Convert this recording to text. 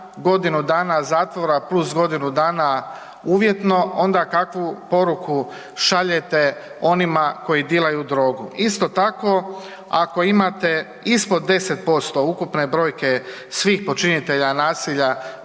godinu dana zatvora plus godinu dana uvjetno onda kakvu poruku šaljete onima koji dilaju drogu. Isto tako, ako imate ispod 10% ukupne brojke svih počinitelja nasilja